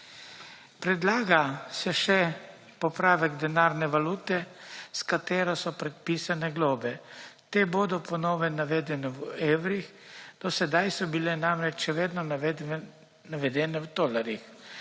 Predlaga se še popravek denarne valute, s katero so predpisane globe. Te bodo po novem navedene v evrih, do sedaj so bile namreč še vedno navedene v tolarjih,